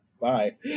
Bye